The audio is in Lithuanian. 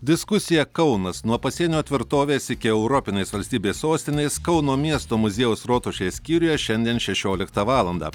diskusija kaunas nuo pasienio tvirtovės iki europinės valstybės sostinės kauno miesto muziejaus rotušės skyriuje šiandien šešioliktą valandą